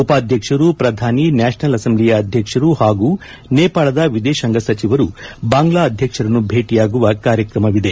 ಉಪಾಧ್ಯಕ್ಷರು ಪ್ರಧಾನಿ ನ್ಯಾಷನಲ್ ಅಸೆಂಬ್ಲಿಯ ಅಧ್ಯಕ್ಷರು ಹಾಗೂ ನೇಪಾಳದ ವಿದೇಶಾಂಗ ಸಚಿವರು ಬಾಂಗ್ಲಾ ಅಧ್ಯಕ್ಷರನ್ನು ಭೇಟಿಯಾಗುವ ಕಾರ್ಯಕ್ರಮವಿದೆ